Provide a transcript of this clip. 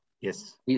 Yes